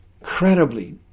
incredibly